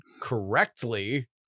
correctly